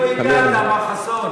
חלילה, חלילה.